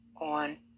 On